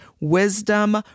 wisdom